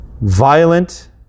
violent